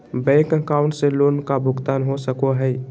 Bank account से loan का भुगतान हो सको हई?